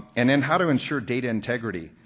and then how to insure data integrity.